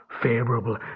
favorable